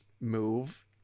move